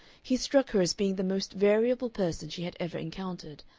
he struck her as being the most variable person she had ever encountered.